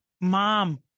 mom